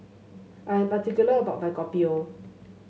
I am particular about my Kopi O